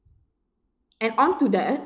and onto that